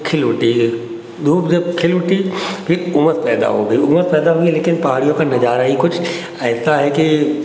खिल उठी धूप जब खिल उठी फिर उमस पैदा हो गई उमस पैदा हो गई लेकिन पहाड़ियों का नज़ारा ही कुछ ऐसा है कि